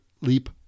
Leap